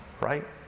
Right